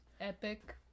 Epic